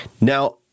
Now